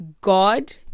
God